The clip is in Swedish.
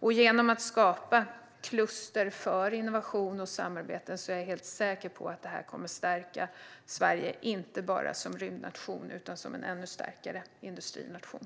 Jag är helt säker på att man genom att skapa kluster för innovation och samarbete kommer att stärka Sverige, inte bara som rymdnation utan också som en ännu starkare industrination.